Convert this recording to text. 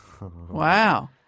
Wow